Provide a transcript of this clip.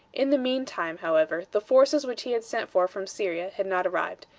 in the mean time, however, the forces which he had sent for from syria had not arrived,